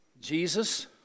Jesus